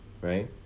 right